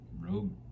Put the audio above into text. rogue